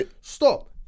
Stop